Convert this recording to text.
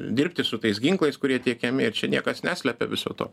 dirbti su tais ginklais kurie tiekiami ir čia niekas neslepia viso to